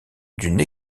d’une